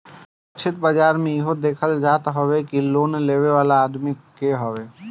लक्षित बाजार में इहो देखल जात हवे कि लोन लेवे वाला आदमी के हवे